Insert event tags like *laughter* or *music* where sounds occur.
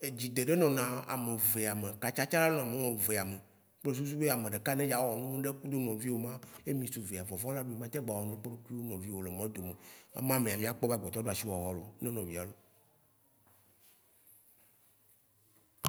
edzi deɖe nɔna ame vea me, katsa tsã ya la nɔ ame mevea me kple susu be ne ame ɖeka ne dza wɔ nu ɖo kudo nɔvio ma ye mi su vea vɔvɔ̃ la, nu ma teŋ gba wɔ ŋɖe kpe ɖe ku nɔvio le mɔ̃doame. Ema mea mia kpɔ be agbetɔ ɖo ashihɔhɔ lo. *unintelligible*